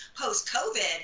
post-COVID